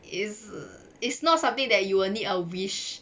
it's it's not something that you will need a wish